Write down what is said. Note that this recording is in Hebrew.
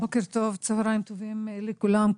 צוהריים טובים לכולם.